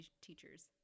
teachers